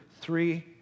three